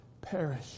perish